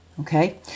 Okay